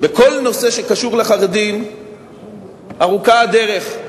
בכל נושא שקשור לחרדים ארוכה הדרך,